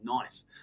Nice